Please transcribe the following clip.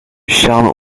charme